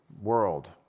world